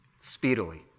speedily